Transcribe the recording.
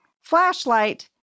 flashlight